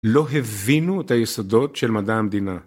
‫לא הבינו את היסודות של מדע המדינה.